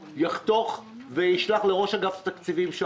יחתוך וישלח לראש אגף התקציבים באוצר,